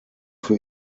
für